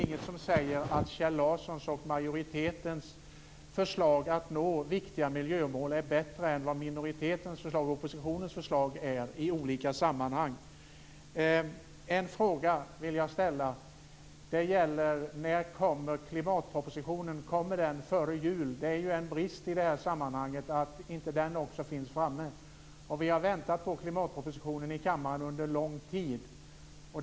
Ingenting säger att Kjell Larssons och majoritetens förslag när det handlar om att nå viktiga miljömål är bättre än minoritetens, oppositionens, förslag i olika sammanhang är. En fråga vill jag här ställa: När kommer klimatpropositionen - kommer den före jul? Det är en brist i sammanhanget att inte också den finns framme. Under lång tid har vi i denna kammare väntat på klimatpropositionen.